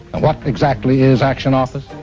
and what exactly is action office?